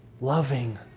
loving